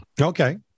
Okay